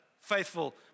faithful